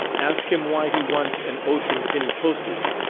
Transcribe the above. ask him why he wants an ocean penny postage,